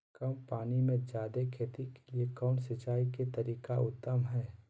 कम पानी में जयादे खेती के लिए कौन सिंचाई के तरीका उत्तम है?